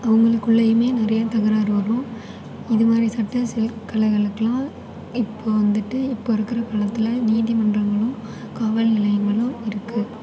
அவங்களுக்குள்ளயுமே நிறைய தகராறு வரும் அது மாதிரி சட்ட சிக்கலுகளுக்கெலாம் இப்போது வந்துட்டு இப்போ இருக்கிற காலத்தில் நீதிமன்றங்களும் காவல் நிலையங்களும் இருக்குது